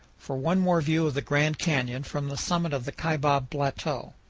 for one more view of the grand canyon from the summit of the kaibab plateau.